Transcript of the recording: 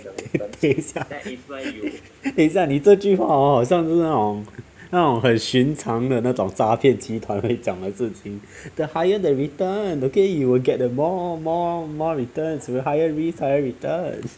等等一下等一下你这句话 hor 很像是那种那种很寻常的那种诈骗集团会讲的事情 the higher the return okay you will get the more more more returns higher risk higher return